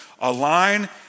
align